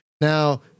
Now